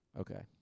Okay